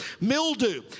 mildew